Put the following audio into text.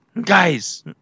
Guys